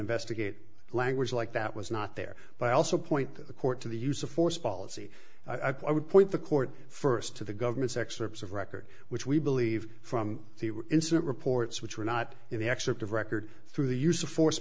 investigate language like that was not there but also point to the court to the use of force policy i would point the court first to the government's excerpts of record which we believe from the incident reports which were not in the excerpt of record through the use of force